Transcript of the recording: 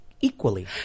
equally